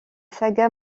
saga